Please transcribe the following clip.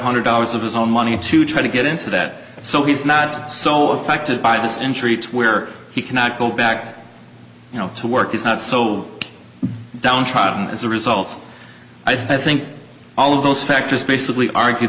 hundred dollars of his own money to try to get into that so he's not so affected by this in treats where he cannot go back to work is not so downtrodden as a result i think all of those factors basically argue